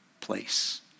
place